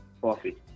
Coffee